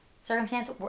circumstance